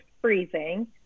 freezing